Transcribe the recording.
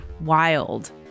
wild